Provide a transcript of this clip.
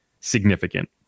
significant